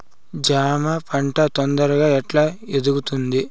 జామ పంట తొందరగా ఎట్లా ఎదుగుతుంది?